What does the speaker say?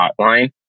hotline